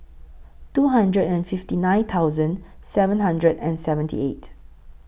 two hundred and fifty nine thousand seven hundred and seventy eight